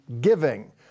giving